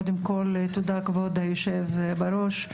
קודם כול, תודה, כבוד היושב בראש,